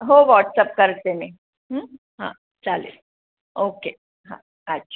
हो व्हॉट्सअप करते मी हां चालेल ओके हां अच्छा